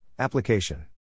Application